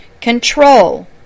control